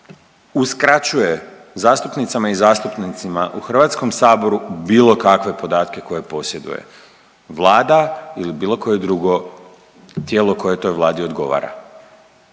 uskraćuje zastupnicama i zastupnicima u Hrvatskom saboru bilo kakve podatke koje posjeduje vlada ili bilo koje drugo tijelo koje toj Vladi odgovara.